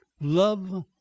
LOVE